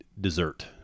dessert